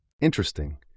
Interesting